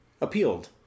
Appealed